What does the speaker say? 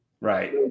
Right